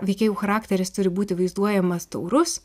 veikėjų charakteris turi būti vaizduojamas taurus